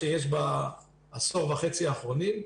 שיש בעשור וחצי האחרונים,